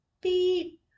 beep